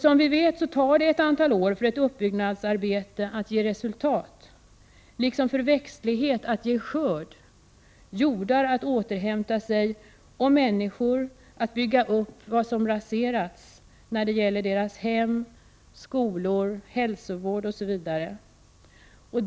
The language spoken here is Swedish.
Som vi vet tar det ett antal år innan ett uppbyggnadsarbete ger resultat, på samma sätt som det tar ett antal år innan växtlighet ger skörd, jordar att återhämta sig och människor att bygga upp vad som har raserats vad gäller hem, skolor, hälsovård osv.